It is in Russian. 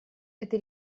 это